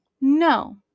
No